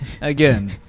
Again